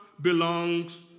belongs